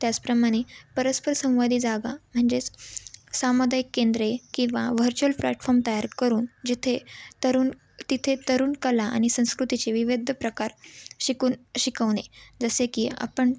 त्याचप्रमाणे परस्पर संंवादी जागा म्हणजेच सामुदायिक केंद्रे किंवा व्हर्चुअल प्लॅटफॉर्म तयार करून जिथे तरुण तिथे तरुण कला आणि संस्कृतीचे विविध प्रकार शिकून शिकवणे जसे की अपण